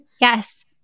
Yes